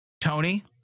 Tony